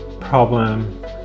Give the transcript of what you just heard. problem